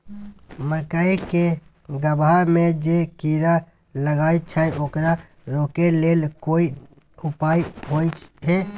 मकई के गबहा में जे कीरा लागय छै ओकरा रोके लेल कोन उपाय होय है?